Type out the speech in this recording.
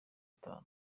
atanu